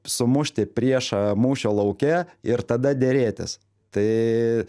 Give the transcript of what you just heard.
sumušti priešą mūšio lauke ir tada derėtis tai